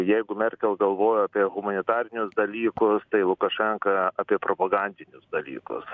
jeigu merkel galvojo apie humanitarinius dalykus tai lukašenka apie propagandinius dalykus